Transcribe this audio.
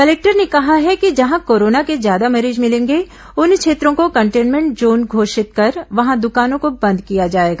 collector ने कहा है कि जहां कोरोना के ज्यादा मरीज मिलेंगे उन क्षेत्रों को कंटेनमेंट जोन घोषित कर वहां दुकानों को बंद किया जाएगा